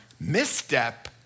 misstep